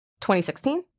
2016